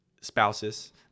spouses